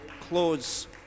close